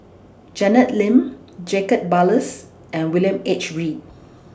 Janet Lim Jacob Ballas and William H Read